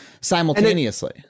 simultaneously